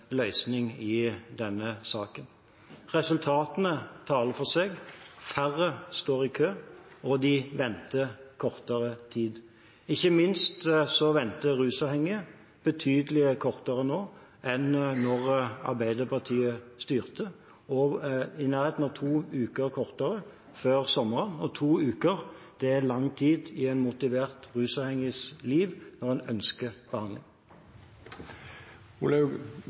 løsning i denne saken. Resultatene taler for seg – færre står i kø, og ventetiden er kortere. Ikke minst venter rusavhengige betydelig kortere nå enn da Arbeiderpartiet styrte – i nærheten av to uker kortere før sommeren. To uker er lang tid i en motivert rusavhengigs liv når en ønsker behandling.